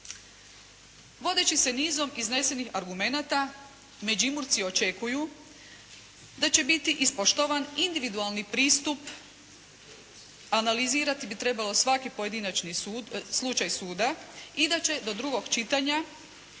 Vodeći se nizom iznesenih argumenata Međimurci očekuju da će biti ispoštovan individualni pristup. Analizirati bi trebalo svaki pojedinačni slučaj suda i da će do drugog čitanja